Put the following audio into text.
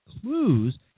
clues